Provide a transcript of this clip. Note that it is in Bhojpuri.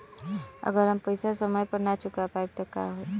अगर हम पेईसा समय पर ना चुका पाईब त का होई?